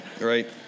right